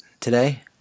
today